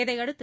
இதையடுத்து